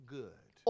good